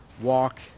walk